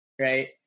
Right